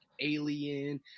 alien